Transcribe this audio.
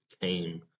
came